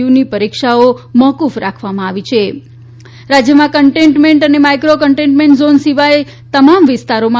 યુની પરીક્ષાઓ મોક્ફ રાખવામાં આવી રાજ્યમાં કન્ટેન્ટમેન્ટ અને માઇક્રો કન્ટેન્ટમેન્ટ ઝોન સિવાય તમામ વિસ્તારોમાં